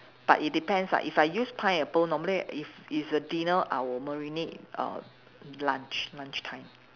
but it depends lah if I use pineapple normally if it's a dinner I will marinate err lunch lunch time